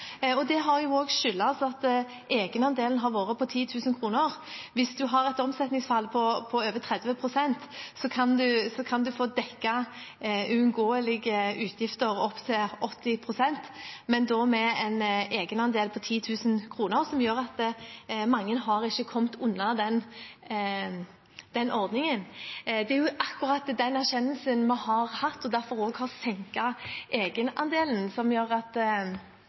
og det har også skyldtes at egenandelen har vært på 10 000 kr. Hvis en har et omsetningsfall på over 30 pst., kan en få dekket uunngåelige utgifter opp til 80 pst., men da med en egenandel på 10 000 kr, noe som gjør at mange ikke har kommet inn under den ordningen. Det er akkurat den erkjennelsen vi har hatt, og derfor har vi også senket egenandelen, fra 10 000 til 5 000 kr, noe som gjør at